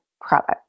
product